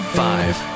five